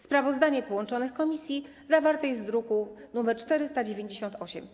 Sprawozdanie połączonych komisji zawarte jest w druku nr 498.